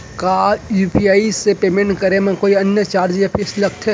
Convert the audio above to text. का यू.पी.आई से पेमेंट करे म कोई अन्य चार्ज या फीस लागथे?